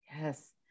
yes